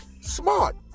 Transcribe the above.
smart